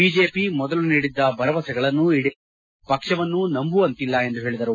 BJP ಮೊದಲು ನೀಡಿದ್ದ ಭರವಸೆಗಳನ್ನು ಈಡೇರಿಸದ ಕಾರಣ ಆ ಪಕ್ಷವನ್ನು ನಂಬುವಂತಿಲ್ಲ ಎಂದು ಹೇಳಿದರು